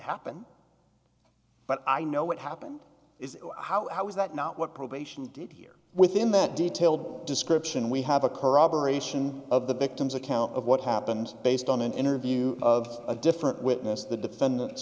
happen but i know what happened is how is that not what probation did here within that detailed description we have a corroboration of the victim's account of what happened based on an interview of a different witness the defendant's